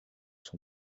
son